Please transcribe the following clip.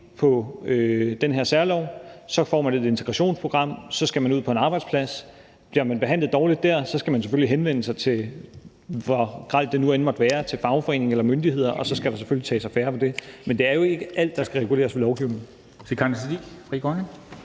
på den her særlov, får man et integrationsprogram, og så skal man ud på en arbejdsplads. Bliver man behandlet dårligt dér, skal man selvfølgelig henvende sig – alt efter hvor grelt det nu end måtte være – til fagforeningen eller til myndighederne, og så skal der selvfølgelig tages affære over for det. Men det er jo ikke alt, der skal reguleres ved lovgivning.